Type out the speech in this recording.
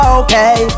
okay